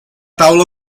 taula